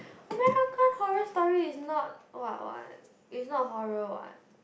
American-Horror-Story is not what what is not horror what